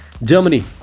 Germany